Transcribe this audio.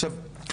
עכשיו,